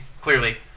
clearly